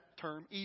term